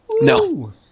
No